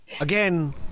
Again